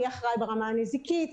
מי אחראי ברמה הנזיקית,